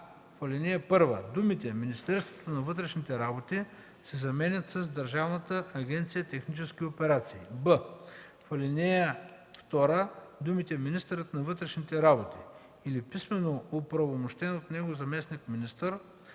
а) в ал. 1 думите „Министерството на вътрешните работи” се заменят с „Държавната агенция „Технически операции”; б) в ал. 2 думите „Министърът на вътрешните работи или писмено оправомощен от него заместник-министър”